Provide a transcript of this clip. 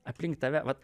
aplink tave vat